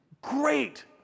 Great